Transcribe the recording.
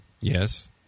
Yes